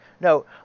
No